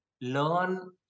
learn